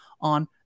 on